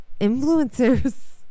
Influencers